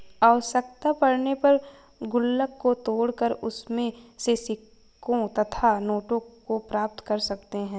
आवश्यकता पड़ने पर गुल्लक को तोड़कर उसमें से सिक्कों तथा नोटों को प्राप्त कर सकते हैं